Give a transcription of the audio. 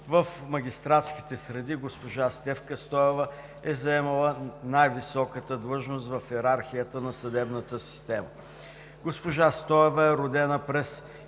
В магистратските среди госпожа Стефка Стоева е заемала най-високата длъжност в йерархията на съдебната система. Госпожа Стоева е родена през